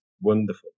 wonderful